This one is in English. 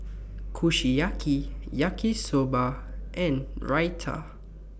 Kushiyaki Yaki Soba and Raita